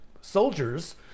soldiers